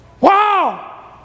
Wow